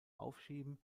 aufschieben